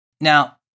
Now